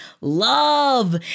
love